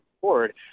forward